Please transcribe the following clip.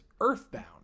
Earthbound